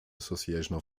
association